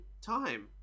time